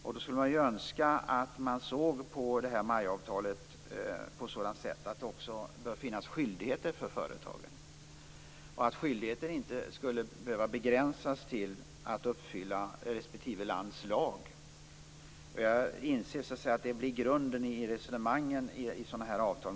Därför skulle jag önska att det i MAI-avtalet fanns skyldigheter för företagen och att skyldigheten inte skulle behöva begränsas till att uppfylla respektive lands lag. Jag inser att detta blir grunden i resonemangen i sådana här avtal.